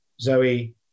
Zoe